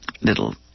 little